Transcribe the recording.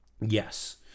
Yes